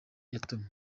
yatumye